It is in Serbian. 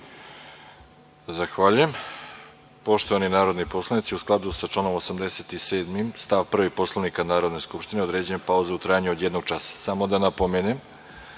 Zahvaljujem. Poštovani narodni poslanici, u skladu sa članom 87. stav 1. Poslovnika Narodne skupštine, određujem pauzu u trajanju od jednog časa. Samo da napomenem